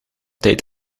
tijd